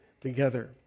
together